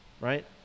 right